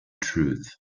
truth